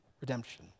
Redemption